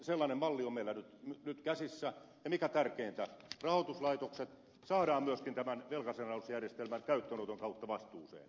sellainen malli on meillä nyt käsissämme ja mikä tärkeintä rahoituslaitokset saadaan myöskin tämän velkasaneerausjärjestelmän käyttöönoton kautta vastuuseen